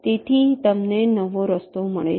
તેથી તમને આવો રસ્તો મળે છે